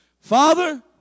Father